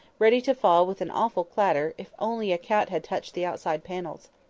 ready to fall with an awful clatter if only a cat had touched the outside panels.